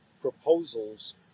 proposals